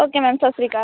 okay ma'am ਸਤਿ ਸ਼੍ਰੀ ਕਾ